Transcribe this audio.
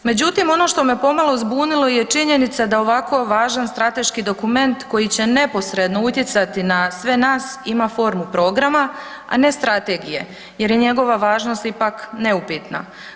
Međutim, ono što me pomalo zbunilo je činjenica da ovako važan strateški dokument koji će neposredno utjecati na sve nas ima formu programa, a ne strategije jer je njegova važnost ipak neupitna.